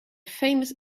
famous